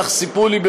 כך סיפרו לי,